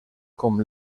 com